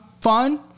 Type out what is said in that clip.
fun